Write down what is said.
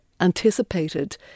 anticipated